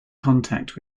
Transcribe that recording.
contact